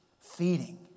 feeding